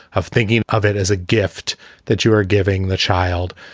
of thinking of it as a gift that you are giving the child,